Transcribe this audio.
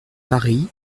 paris